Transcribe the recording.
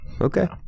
okay